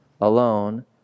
alone